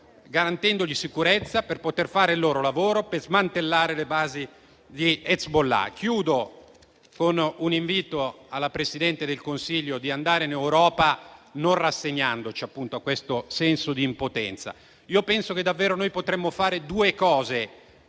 garantendo loro sicurezza nel fare il proprio lavoro, per smantellare le basi di Hezbollah. Concludo con un invito alla Presidente del Consiglio ad andare in Europa non rassegnandoci a questo senso di impotenza. Penso davvero che potremmo fare due cose